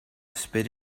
spit